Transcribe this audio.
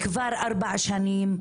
כבר ארבע שנים,